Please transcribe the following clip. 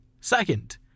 Second